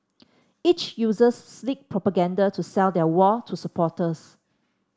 each users slick propaganda to sell their war to supporters